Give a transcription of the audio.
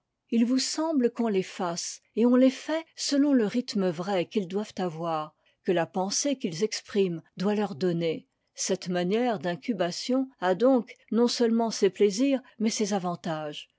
il vous semble qu'on les fasse et on les fait selon le rythme vrai qu'ils doivent avoir que la pensée qu'ils expriment doit leur donner cette manière d'incubation a donc non seulement ses plaisirs mais ses avantages